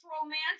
romantic